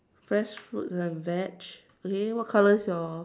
fresh fruit and veg okay what colour is your